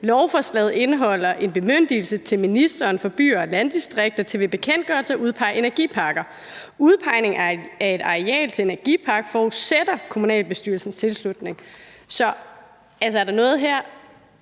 »Lovforslaget indeholder en bemyndigelse til ministeren for byer og landdistrikter til ved bekendtgørelse at udpege energiparker. Udpegning af et areal som energipark forudsætter kommunalbestyrelsens tilslutning.« Er der noget her,